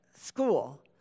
school